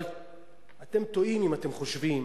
אבל אתם טועים אם אתם חושבים